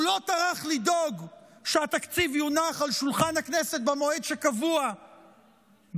הוא לא טרח לדאוג שהתקציב יונח על שולחן הכנסת במועד שקבוע בחוק-היסוד,